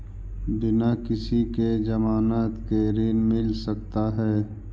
बिना किसी के ज़मानत के ऋण मिल सकता है?